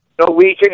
Norwegian